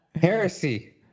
Heresy